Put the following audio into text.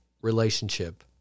relationship